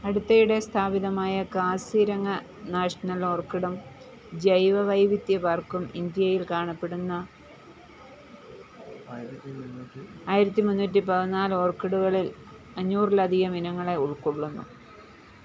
അടുത്തിടെ സ്ഥാപിതമായ കാസിരംഗ നാഷണൽ ഓർക്കിഡും ജൈവവൈവിധ്യ പാർക്കും ഇന്ത്യയിൽ കാണപ്പെടുന്ന ആയിരത്തി മുന്നൂറ്റി പതിനാല് ഓർക്കിഡുകളിൽ അഞ്ഞൂറിലധികം ഇനങ്ങളെ ഉൾക്കൊള്ളുന്നു